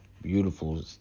beautiful